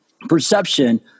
perception